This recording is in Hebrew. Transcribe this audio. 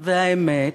והאמת?